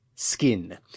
Skin